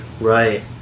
right